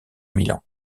milan